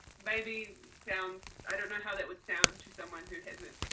maybe sounds, i don't know how that would sound to someone who hasn't,